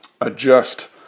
adjust